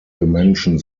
menschen